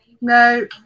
No